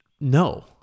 No